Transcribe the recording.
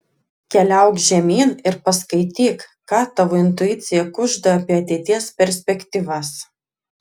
keliauk žemyn ir paskaityk ką tavo intuicija kužda apie ateities perspektyvas